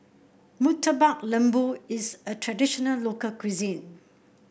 Murtabak Lembu is a traditional local cuisine